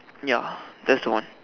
ya that's the one